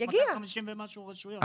יש 250 ומשהו רשויות.